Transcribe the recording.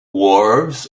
wharves